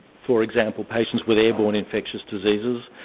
for example, patients with airborne infectious diseases,